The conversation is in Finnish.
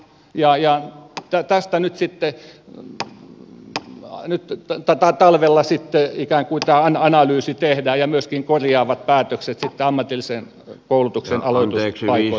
ja tästä nyt sitten talvella ikään kuin tämä analyysi tehdään ja myöskin korjaavat päätökset sitten ammatillisen koulutuksen aloituspaikoista